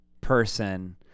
person